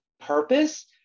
purpose